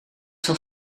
zal